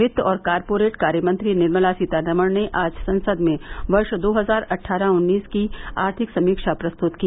वित्त और कॉरपोरेट कार्यमंत्री निर्मला सीतारामन ने आज संसद में वर्ष दो हजार अट्ठारह उन्नीस की आर्थिक समीक्षा प्रस्तुत की